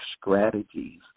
strategies